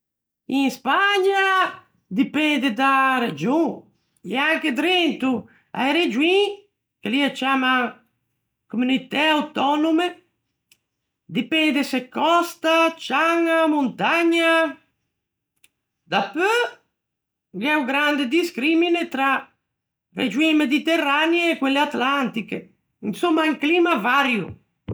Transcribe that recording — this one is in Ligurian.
In Spagna dipende da-a region, e anche drento a-e regioin, che lì ê ciamman "Communitæ Autònome", dipende se còsta, ciaña, montagna. Dapeu gh'é o grande discrimine tra regioin mediterranee e quelle atlantiche. Insomma, un climma vario.